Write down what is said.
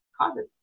causes